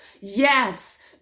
Yes